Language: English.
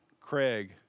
Craig